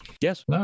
Yes